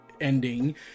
ending